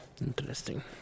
Interesting